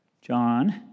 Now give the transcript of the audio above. John